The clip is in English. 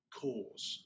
cause